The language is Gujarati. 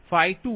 010